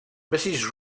mrs